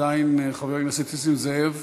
עדיין חבר הכנסת נסים זאב.